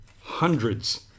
hundreds